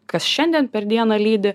kas šiandien per dieną lydi